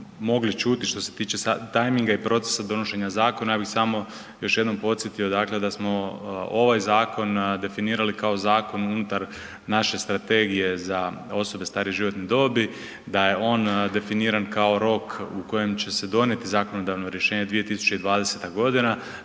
mogli čuti što se tiče tajminga i procesa donošenja zakona, ja bih samo još jednom podsjetio, dakle da smo ovaj zakon definirali kao zakon unutar naše strategije za osobe starije životne dobi, da je on definiran kao rok u kojem će se donijeti zakonodavno rješenje 2020.g.